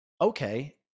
Okay